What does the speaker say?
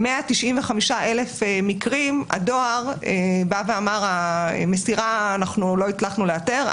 ב-195,000 מקרים הדואר בא ואמר: המסירה לא הצלחנו לאתר.